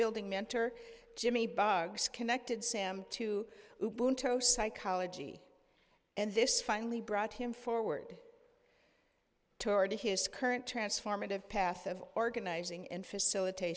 building mentor jimmy bugs connected sam to toast psychology and this finally brought him forward toward his current transformative path of organizing and facilitat